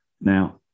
Now